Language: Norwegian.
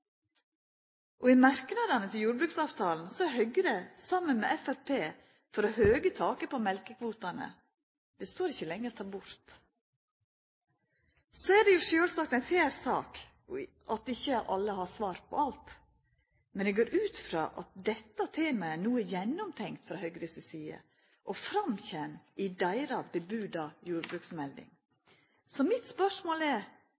Og i merknadene til jordbruksavtalen er Høgre, saman med Framstegspartiet, for å høgja taket på mjølkekvotane – det står ikkje lenger «ta bort». Det er jo sjølvsagt ein fair sak at ikkje alle har svar på alt, men eg går ut frå at dette temaet no er gjennomtenkt frå Høgre si side, og at det framkjem i deira varsla jordbruksmelding. Så mitt spørsmål er: